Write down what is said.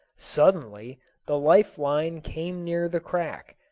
suddenly the life-line came near the crack,